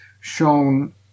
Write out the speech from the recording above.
shown